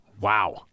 Wow